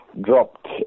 dropped